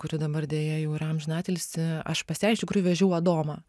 kuri dabar deja jau ir amžinatilsį aš pas ją iš tikrųjų vežiau adomą